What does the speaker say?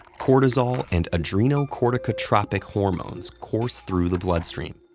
cortisol and adrenocorticotropic hormones course through the bloodstream,